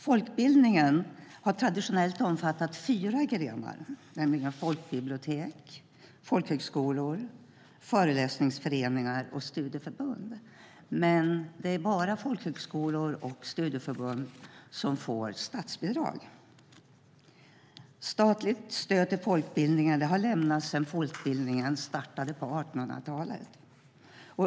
Folkbildningen har traditionellt omfattat fyra grenar, nämligen folkbibliotek, folkhögskolor, föreläsningsföreningar och studieförbund. Men det är bara folkhögskolor och studieförbund som får statsbidrag. Statligt stöd till folkbildningen har lämnats sedan folkbildningen startade på 1800-talet.